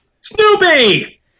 Snoopy